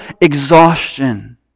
exhaustion